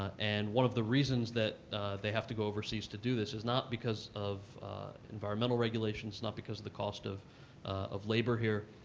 and one of the reasons that they have to go overseas to do this is not because of environmental regulations, not because of the cost of of labor here.